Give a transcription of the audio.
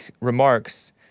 remarks